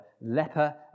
leper